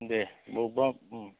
दे बबेबा